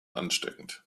ansteckend